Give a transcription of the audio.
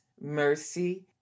mercy